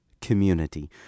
Community